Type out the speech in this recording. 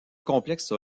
complexe